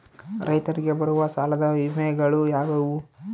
ರೈತರಿಗೆ ಬರುವ ಸಾಲದ ವಿಮೆಗಳು ಯಾವುವು?